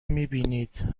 میبینید